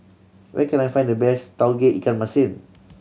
where can I find the best Tauge Ikan Masin